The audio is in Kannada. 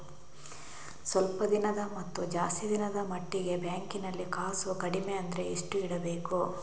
ಸ್ವಲ್ಪ ದಿನದ ಮತ್ತು ಜಾಸ್ತಿ ದಿನದ ಮಟ್ಟಿಗೆ ಬ್ಯಾಂಕ್ ನಲ್ಲಿ ಕಾಸು ಕಡಿಮೆ ಅಂದ್ರೆ ಎಷ್ಟು ಇಡಬೇಕು?